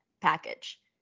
package